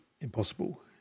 impossible